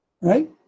Right